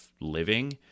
living –